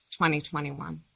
2021